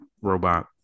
robot